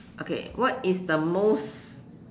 okay what is the most